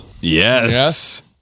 Yes